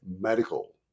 medical